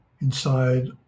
inside